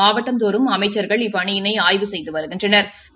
மாவட்டந்தோறும் அமைச்சாகள் இப்பணியினை ஆய்வு செய்து வருகின்றனா்